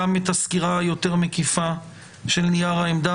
גם את הסקירה היותר מקיפה של נייר המחקר,